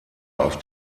auf